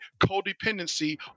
codependency